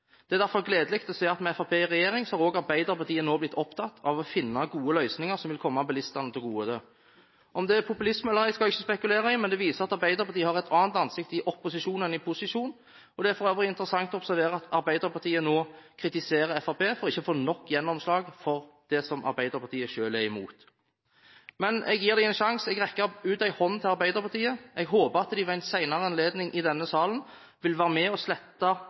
Det er derfor gledelig å se at med Fremskrittspartiet i regjering har også Arbeiderpartiet nå blitt opptatt av å finne gode løsninger som vil komme bilistene til gode. Om det er populisme eller ei skal jeg ikke spekulere i, men det viser at Arbeiderpartiet har et annet ansikt i opposisjon enn i posisjon. Det er for øvrig interessant å observere at Arbeiderpartiet nå kritiserer Fremskrittspartiet for ikke å få nok gjennomslag for det Arbeiderpartiet selv er i mot. Men jeg gir dem en sjanse og rekker ut en hånd til Arbeiderpartiet: Jeg håper de ved en senere anledning i denne salen vil være med å stemme for å slette